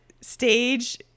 Stage